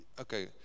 Okay